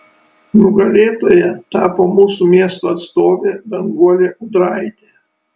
nugalėtoja tapo mūsų miesto atstovė danguolė ūdraitė